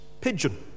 pigeon